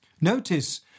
Notice